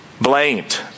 blamed